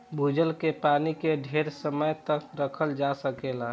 भूजल के पानी के ढेर समय तक रखल जा सकेला